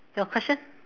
your question